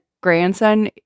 grandson